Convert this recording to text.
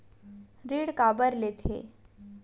ऋण काबर लेथे?